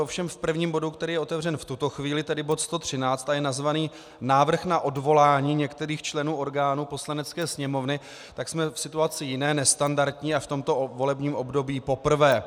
Ovšem v prvním bodu, který je otevřen v tuto chvíli, tedy bod 113 a je nazvaný Návrh na odvolání některých členů orgánů Poslanecké sněmovny, jsme v situaci jiné, nestandardní a v tomto volebním období poprvé.